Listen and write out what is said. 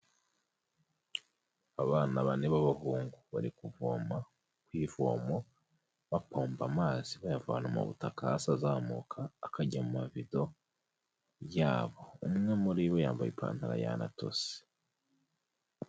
Abana bane b'abahungu bari kuvoma ku ivomo bapompa amazi bayavana mu butaka hasi azamuka akajya mu mavido yabo, umwe muri bo yambaye ipantaro yanatose.